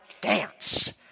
dance